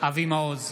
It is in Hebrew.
אבי מעוז,